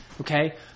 okay